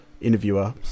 interviewer